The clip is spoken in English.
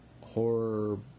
horror